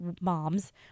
moms